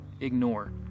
ignore